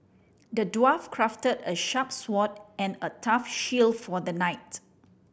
the dwarf crafted a sharp sword and a tough shield for the knight